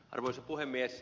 arvoisa puhemies